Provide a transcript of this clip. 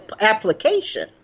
application